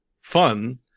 fun